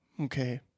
okay